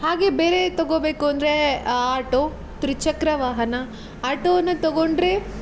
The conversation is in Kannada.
ಹಾಗೇ ಬೇರೆ ತೊಗೋಬೇಕು ಅಂದರೆ ಆಟೋ ತ್ರಿಚಕ್ರ ವಾಹನ ಆಟೋವನ್ನು ತೊಗೊಂಡರೆ